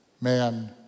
Man